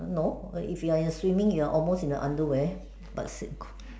no if you're in swimming you're almost in the underwear but